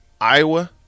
Iowa